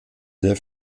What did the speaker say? sehr